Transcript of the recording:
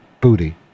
booty